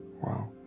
Wow